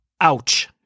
Ouch